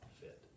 fit